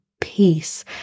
peace